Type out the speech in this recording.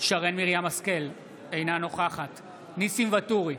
שרן מרים השכל, אינה נוכחת ניסים ואטורי,